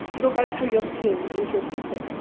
it'll go through your skin into your system.